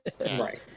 Right